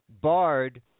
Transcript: Barred